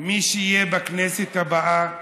מי שיהיה בכנסת הבאה,